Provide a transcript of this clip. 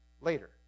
later